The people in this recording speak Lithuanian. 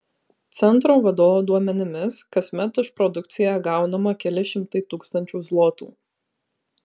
centro vadovo duomenimis kasmet už produkciją gaunama keli šimtai tūkstančių zlotų